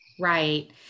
Right